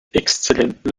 exzellentem